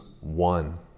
one